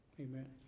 Amen